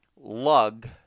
lug